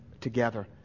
together